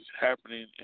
happening